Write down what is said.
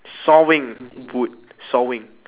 sawing wood sawing